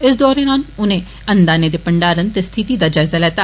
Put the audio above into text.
इस दौरान उनें अन्नदाने दे मंडारण ते स्थिति दा जायज़ा लैता